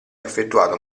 effettuato